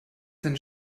seine